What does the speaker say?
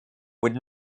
with